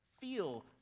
feel